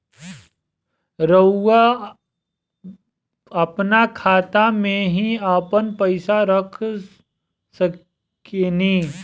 रउआ आपना खाता में ही आपन पईसा रख सकेनी